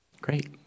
great